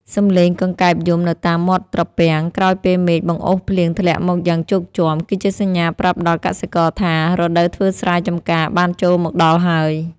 សំឡេងកង្កែបយំនៅតាមមាត់ត្រពាំង ក្រោយពេលមេឃបង្អុរភ្លៀងធ្លាក់មកយ៉ាងជោគជាំ គឺជាសញ្ញាប្រាប់ដល់កសិករថា រដូវធ្វើស្រែចម្ការបានចូលមកដល់ហើយ។